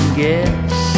guess